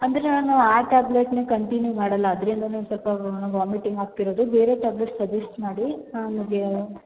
ಅಂದರೆ ನಾನು ಆ ಟ್ಯಾಬ್ಲೆಟನ್ನೇ ಕಂಟಿನ್ಯೂ ಮಾಡೋಲ್ಲ ಅದ್ರಿಂದಲೇ ಸ್ವಲ್ಪ ವಾಮಿಟಿಂಗ್ ಆಗ್ತಿರೋದು ಬೇರೆ ಟ್ಯಾಬ್ಲೆಟ್ ಸಜೆಸ್ಟ್ ಮಾಡಿ ಹಾಂ ಆಮೇಲೆ